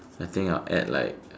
I think I'll add like